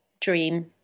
dream